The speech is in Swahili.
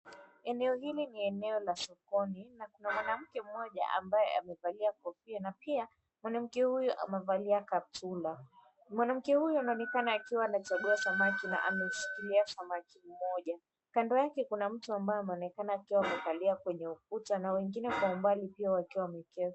Eneo hili ni eneo la sokoni na kuna mwanamke mmoja ambaye amevalia kofia na pia mwanamke huyu amevalia kaptula. Mwanamke huyu anaonekana akiwa anachagua samaki na amemshikilia samaki mmoja. Kando yake kuna mtu ambaye ameonekana akiwa amekalia kwenye ukuta na wengine kwa umbali pia wakiwa wameketi.